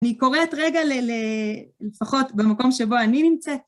אני קוראת רגע לפחות במקום שבו אני נמצאת.